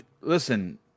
Listen